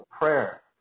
prayer